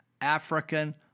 African